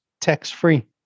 tax-free